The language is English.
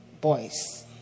boys